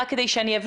רק כדי שאבין,